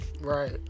Right